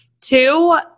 Two